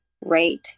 right